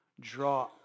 draw